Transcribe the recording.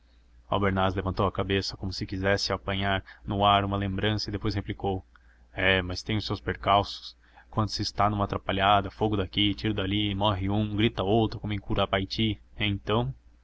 inocêncio albernaz levantou a cabeça como se quisesse apanhar no ar uma lembrança e depois replicou é mas tem os seus percalços quando se está numa trapalhada fogo daqui tiro dali morre um grita outro como em curupaiti então